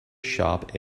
sharp